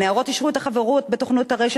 הנערות אישרו את החברות בתוכנות הרשת